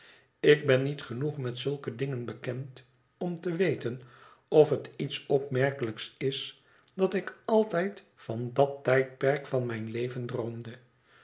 ik ben niet genoeg met zulke dingen bekend om te weten of het iets opmerkelijks is dat ik altijd van dat tijdperk van mijn leven droomde